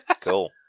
Cool